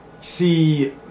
see